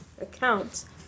accounts